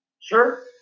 Sure